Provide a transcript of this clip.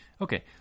Okay